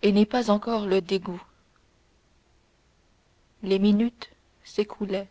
et n'est pas encore le dégoût les minutes s'écoulaient